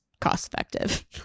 cost-effective